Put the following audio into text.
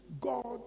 God